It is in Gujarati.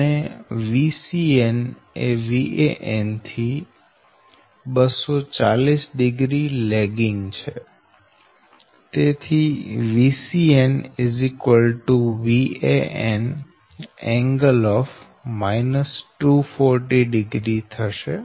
અને Vcn એ Van થી 2400 લેગીંગ છે તેથી Vcn Van ㄥ 2400 થશે